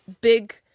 big